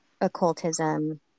occultism